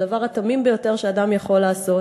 הדבר התמים ביותר שאדם יכול לעשות.